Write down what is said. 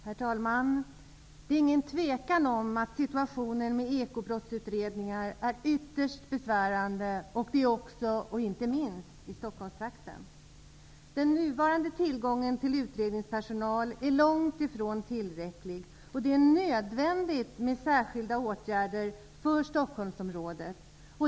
Herr talman! Det är ingen tvekan om att situationen i fråga om ekobrottsutredningar är ytterst besvärande, inte minst i Stockholmstrakten. Den nuvarande tillgången till utredningspersonal är långt ifrån tillräcklig, och det är nödvändigt med särskilda åtgärder för Stockholmsområdet.